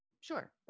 Sure